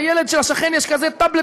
לילד של השכן יש כזה טאבלט,